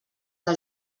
que